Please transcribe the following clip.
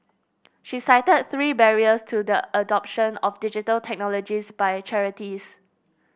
she cited three barriers to the adoption of Digital Technologies by charities